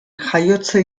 jaiotze